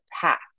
past